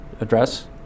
address